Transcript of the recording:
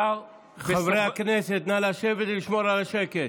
חברי הכנסת, נא לשבת ולשמור על השקט.